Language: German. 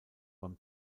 beim